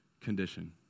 condition